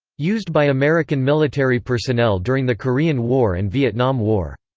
used by american military personnel during the korean war and vietnam war.